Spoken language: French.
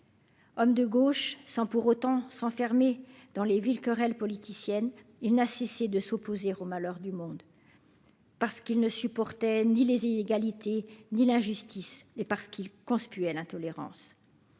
Homme de gauche, sans pour autant s'enfermer dans les villes querelles politiciennes, il n'a cessé de s'opposer aux malheurs du monde. Parce qu'il ne supportait ni les inégalités ni la justice, et parce qu'ils conspuaient l'intolérance